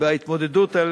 בהתמודדות על